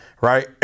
right